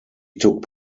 took